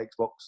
Xbox